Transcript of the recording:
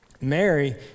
Mary